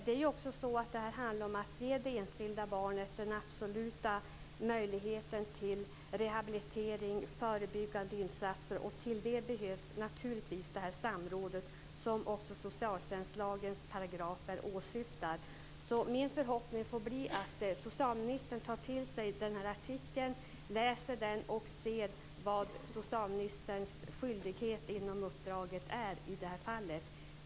Det handlar om att ge det enskilda barnet den absolut bästa möjligheten till rehabilitering och till förebyggande insatser. Till detta behövs naturligtvis det samråd som också socialtjänstlagens paragrafer åsyftar. Min förhoppning får bli att socialministern tar till sig artikeln, läser den och undersöker sina skyldigheter i detta fall.